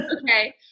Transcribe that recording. okay